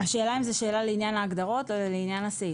השאלה אם זה שאלה לעניין ההגדרות או לעניין הסעיף?